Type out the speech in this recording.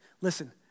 listen